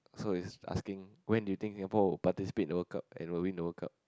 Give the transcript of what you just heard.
so is asking when do you think Singapore participate in the World Cup and will win the World Cup